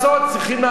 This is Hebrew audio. צריכים לעשות,